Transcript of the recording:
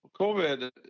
COVID